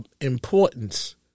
importance